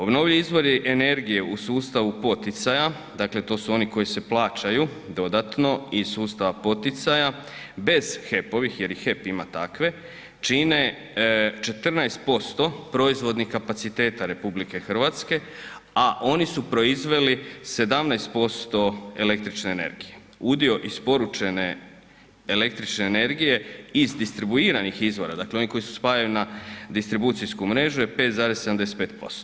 Obnovljivi izvori energije u sustavu poticaja, dakle to su oni koji se plaćaju dodatno iz sustava poticaja bez HEP-ovih jer i HEP ima takve, čine 14% proizvodnih kapaciteta RH, a oni su proizveli 17% električne energije, udio isporučene električne energije iz distribuiranih izvora, dakle onih koji se spajaju na distribucijsku mrežu je 5,75%